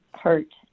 hurt